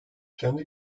kendi